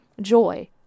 joy